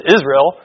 Israel